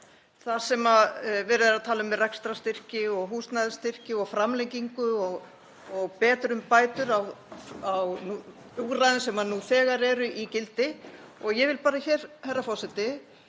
þar sem verið er að tala um rekstrarstyrki og húsnæðisstyrki og framlengingu og betrumbætur á úrræðum sem nú þegar eru í gildi og ég vil bara hér, herra forseti,